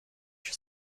your